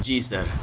جی سر